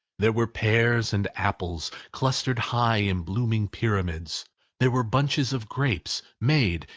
there were pears and apples, clustered high in blooming pyramids there were bunches of grapes, made,